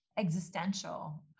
existential